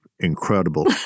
incredible